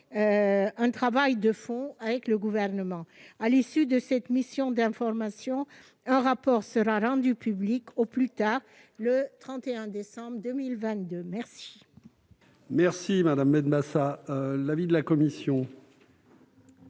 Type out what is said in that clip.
un travail de fond avec le Gouvernement. À l'issue de cette mission d'information, un rapport sera rendu public au plus tard le 31 décembre 2022. Quel